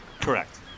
Correct